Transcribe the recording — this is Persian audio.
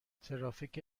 ترافیک